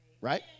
right